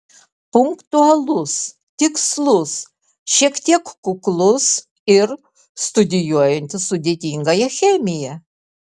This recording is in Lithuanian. punktualus tikslus šiek tiek kuklus ir studijuojantis sudėtingąją chemiją